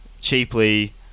cheaply